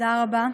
תודה רבה.